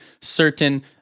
certain